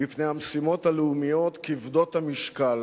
מפני המשימות הלאומיות כבדות המשקל,